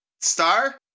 Star